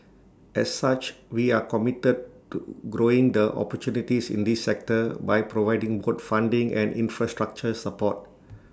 as such we are committed to growing the opportunities in this sector by providing both funding and infrastructure support